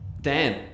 Dan